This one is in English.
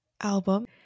album